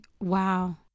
Wow